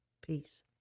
Peace